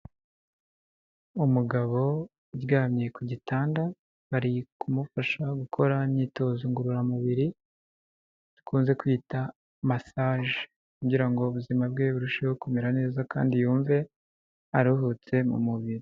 Umugabo uryamye ku gitanda ari kumufasha gukora imyitozo ngororamubiri dukunze kwita massage kugira ngo ubuzima bwe burusheho kumera neza kandi yumve aruhutse mu mubiri.